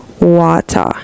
water